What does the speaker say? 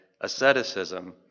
asceticism